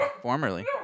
Formerly